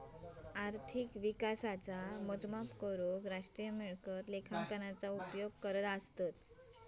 अर्थिक विकासाचा मोजमाप करूक राष्ट्रीय मिळकत लेखांकनाचा उपयोग करतत